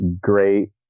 great